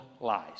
lies